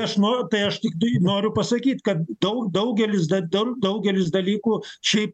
aš noriu tai aš tiktai noriu pasakyt kad dau daugelis dar dau daugelis dalykų šiaip